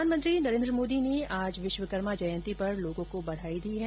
प्रधानमंत्री नरेन्द्र मोदी ने आज विश्वकर्मा जयंती पर लोगों को बधाई दी है